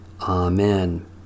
Amen